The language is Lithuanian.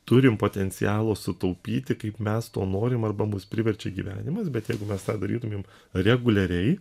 turim potencialo sutaupyti kaip mes to norim arba mus priverčia gyvenimas bet jeigu mes tą darytumėm reguliariai